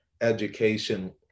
education